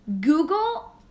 Google